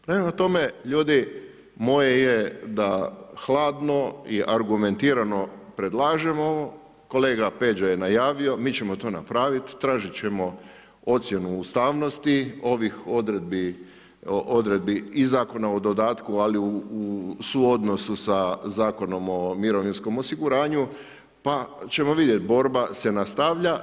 Prema tome, ljudi moje je da hladno i argumentirano predlažem ovo, kolega Peđa je najavio, mi ćemo to napraviti, tražit ćemo ocjenu ustavnosti ovih odredbi i Zakona o dodatku, ali suodnosu sa Zakonom o mirovinskom osiguranju pa ćemo vidjeti borba se nastavlja.